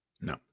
No